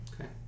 Okay